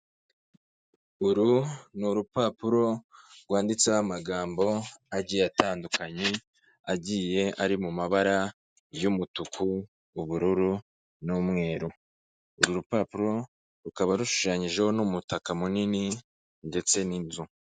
Uru ni urupapuro rwanditseho amagambo agiye atandukanye, agiye ari mu mabara y'umutuku, ubururu n'umweru. Uru rupapuro rukaba rushushanyijeho n'umutaka munini ndetse n'inzu.